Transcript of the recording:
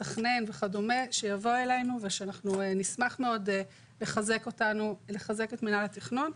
מתכנן וכדומה שיבוא אלינו ושאנחנו נשמח מאוד לחזק את מינהל התכנון,